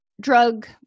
drug